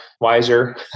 wiser